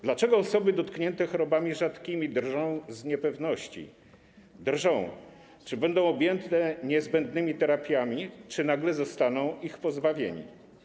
Dlaczego osoby dotknięte chorobami rzadkimi drżą z niepewności, drżą, czy będą objęte niezbędnymi terapiami, czy nagle zostaną ich pozbawieni.